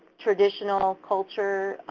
traditional culture